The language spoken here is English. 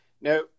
Now